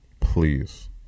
Please